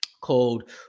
called